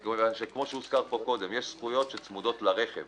כפי שהוזכר כאן קודם, יש זכויות שצמודות לרכב